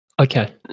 Okay